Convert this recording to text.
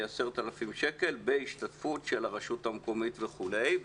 10,000 שקל בהשתתפות של הרשות המקומית וכולי.